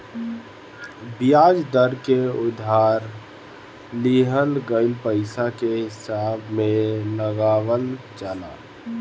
बियाज दर के उधार लिहल गईल पईसा के हिसाब से लगावल जाला